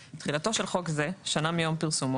45.(א)תחילתו של חוק זה שנה מיום פרסומו,